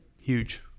Huge